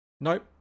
nope